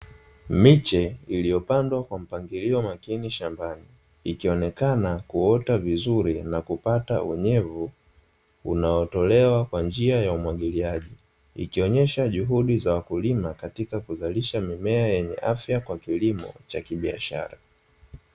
Miche iliyopandwa kwa mpangilio makini shambani ikionekana kuota vizuri na kupata unyevu unaotolewa kwa njia ya umwagiliaji, ikionyesha juhudi za wakulima katika kuzalisha mimea yenye afya kwa kilimo cha kibiashara.